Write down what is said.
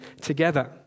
together